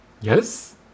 yes